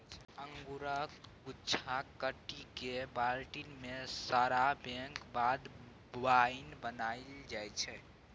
अंगुरक गुच्छा काटि कए बाल्टी मे सराबैक बाद बाइन बनाएल जाइ छै